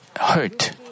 hurt